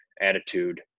attitude